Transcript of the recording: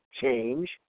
change